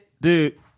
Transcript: Dude